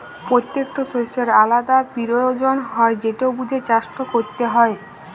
পত্যেকট শস্যের আলদা পিরয়োজন হ্যয় যেট বুঝে চাষট ক্যরতে হয়